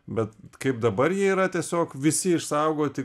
bet kaip dabar jie yra tiesiog visi išsaugoti